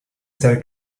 ser